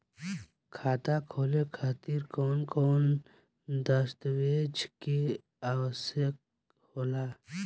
खाता खोले खातिर कौन कौन दस्तावेज के आवश्यक होला?